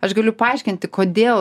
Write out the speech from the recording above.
aš galiu paaiškinti kodėl